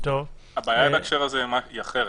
הבעיה בהקשר הזה היא אחרת.